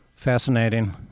Fascinating